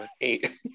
eight